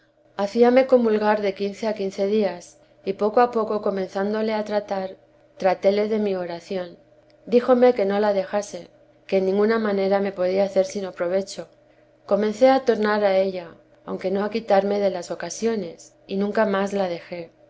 santa madre gar de quince a quince días y poco a poco comenzándole a tratar trátele de mi oración dijome que no la dejase que en ninguna manera me podía hacer sino provecho comencé a tornar a ella aunque no a quitarme de las ocasiones y nunca más la dejé